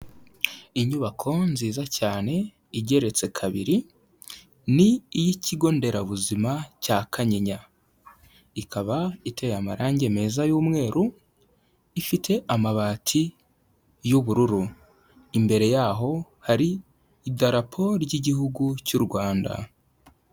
Inyubako nziza cyane igeretse kabiri ni iy'Ikigo Nderabuzima cya kanyinya, ikaba iteye amarangi meza y'umweru ifite amabati y'ubururu, imbere yaho hari idarapo ry'igihugu cy'u Rwanda.